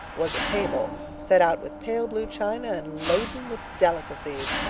was a table, set out with pale blue china and laden with delicacies,